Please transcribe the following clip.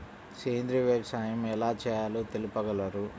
సేంద్రీయ వ్యవసాయం ఎలా చేయాలో తెలుపగలరు?